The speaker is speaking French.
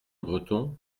breton